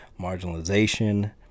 marginalization